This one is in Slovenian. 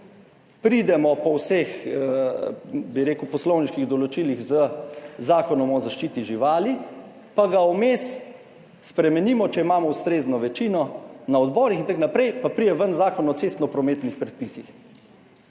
pridemo po vseh, bi rekel, poslovniških določilih z Zakonom o zaščiti živali, pa ga vmes spremenimo, če imamo ustrezno večino na odborih in tako naprej, pa pride ven Zakon o cestno prometnih predpisih.